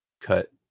cut